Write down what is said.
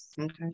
Okay